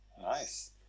Nice